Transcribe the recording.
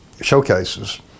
showcases